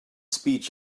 speech